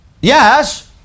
Yes